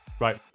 Right